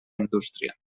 indústria